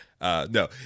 No